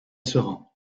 serein